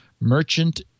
merchant